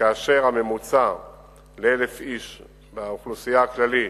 שכאשר הממוצע ל-1,000 באוכלוסייה הכללית